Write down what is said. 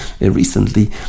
recently